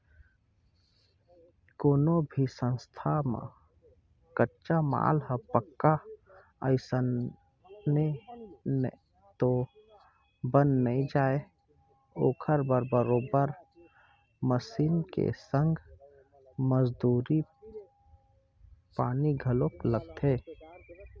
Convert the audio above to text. कोनो भी संस्था म कच्चा माल ह पक्का अइसने तो बन नइ जाय ओखर बर बरोबर मसीन के संग मजदूरी पानी घलोक लगथे